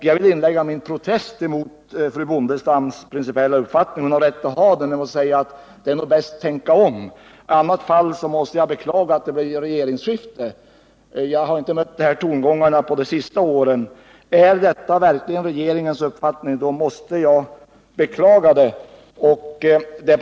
Jag vill inlägga en protest mot fru Bondestams principiella uppfattning i den här frågan. Hon har visserligen rätt att ha den uppfattning hon har redovisat, men här borde hon tänka om. I annat fall måste jag beklaga att det blev regeringsskifte. Jag har inte mött sådana här tongångar under de senaste åren, och jag vill därför fråga om detta verkligen är regeringens uppfattning. I så fall måste jag beklaga det.